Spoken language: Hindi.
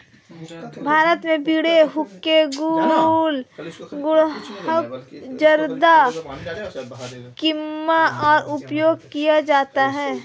भारत में बीड़ी हुक्का गुल गुड़ाकु जर्दा किमाम में उपयोग में किया जाता है